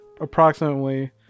approximately